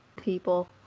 people